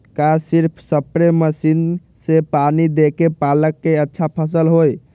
का सिर्फ spray machine से पानी देके पालक के अच्छा फसल होई?